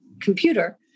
computer